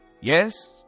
Yes